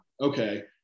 okay